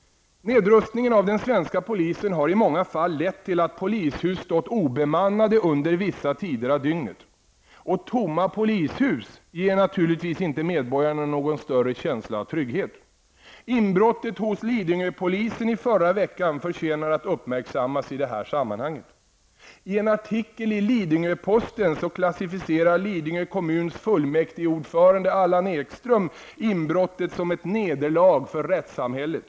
Nedrustningen av den svenska polisen har i många fall lett till att polishus har stått obemannade under vissa tider av dygnet. Och tomma polishus inger naturligtvis inte medborgarna någon starkare känsla av trygghet. Inbrottet hos Lidingöpolisen förra veckan förtjänar att uppmärksammas i detta sammanhang. I en artikel i Lidingö-Posten klassificerar Lidingö kommuns fullmäktigeordförande Allan Ekström inbrottet som ett nederlag för rättssamhället.